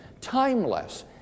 timeless